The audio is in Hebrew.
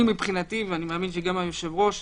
אני מבחינתי, ואני מאמין שגם היושב ראש,